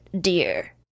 dear